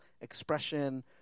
expression